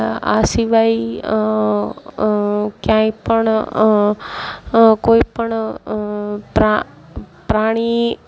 આ સિવાય ક્યાંય પણ કોઈપણ પ્રા પ્રાણી